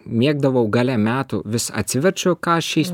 mėgdavau gale metų vis atsiverčiu ką šiais